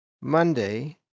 Monday